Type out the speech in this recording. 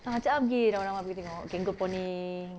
ah ajak ah pergi ramai-ramai pergi tengok can go prawning